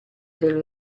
del